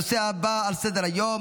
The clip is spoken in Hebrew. הנושא הבא על סדר-היום,